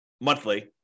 monthly